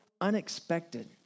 unexpected